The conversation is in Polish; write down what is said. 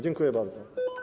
Dziękuję bardzo.